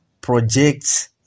projects